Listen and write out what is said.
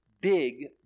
big